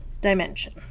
dimension